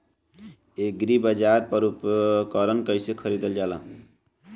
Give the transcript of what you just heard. एग्रीबाजार पर उपकरण कइसे खरीदल जाला?